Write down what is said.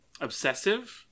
obsessive